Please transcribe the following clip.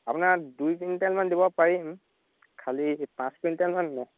আপোনাৰ দুই কুইণ্টেলমান দিব পাৰিম খালি পাঁচ কুইণ্টেলমান নহয়